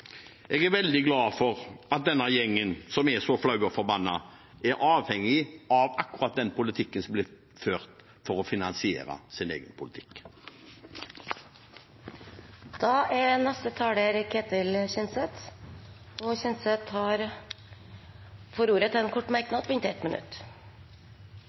er så flau og forbannet, er avhengig av akkurat den politikken som blir ført, for å finansiere sin egen politikk. Representanten Ketil Kjenseth har hatt ordet to ganger tidligere og får ordet til en kort merknad, begrenset til 1 minutt.